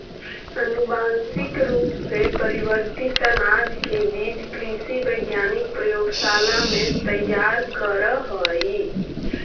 अनुवांशिक रूप से परिवर्तित अनाज के बीज कृषि वैज्ञानिक प्रयोगशाला में तैयार करऽ हई